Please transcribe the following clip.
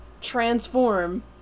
transform